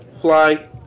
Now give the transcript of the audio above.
fly